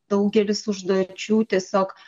daugelis užduočių tiesiog